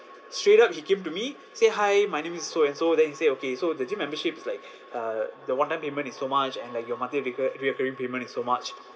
straight up he came to me say hi my name is so and so then he say okay so the gym membership is like uh the one time payment is so much and like your monthly recu~ reoccurring payment is so much